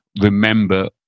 remember